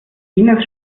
ines